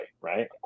right